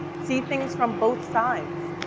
see things from both sides.